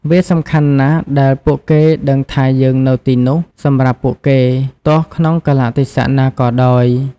វាសំខាន់ណាស់ដែលពួកគេដឹងថាយើងនៅទីនោះសម្រាប់ពួកគេ ទោះក្នុងកាលៈទេសៈណាក៏ដោយ។